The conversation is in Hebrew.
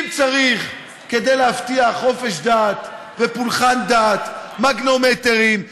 אם כדי להבטיח חופש דת ופולחן דת צריך מגנומטרים,